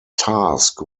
task